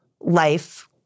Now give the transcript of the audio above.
life